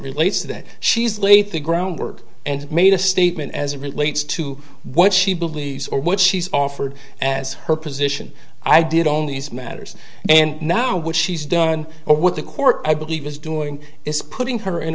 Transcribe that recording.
relates that she's laid the groundwork and made a statement as it relates to what she believes or what she's offered as her position i did all these matters and now what she's done or what the court i believe is doing is putting her in